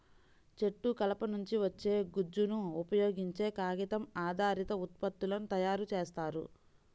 చెట్టు కలప నుంచి వచ్చే గుజ్జును ఉపయోగించే కాగితం ఆధారిత ఉత్పత్తులను తయారు చేస్తారు